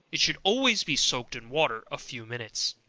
it should always be soaked in water a few minutes.